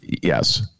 yes